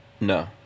No